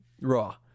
Raw